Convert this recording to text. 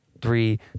Three